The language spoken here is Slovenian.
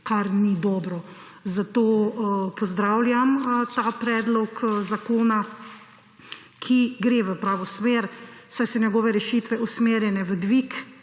kar ni dobro. Zato pozdravljam ta predlog zakona, ki gre v pravo smer, saj so njegove rešitve usmerjene v dvig